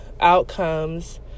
outcomes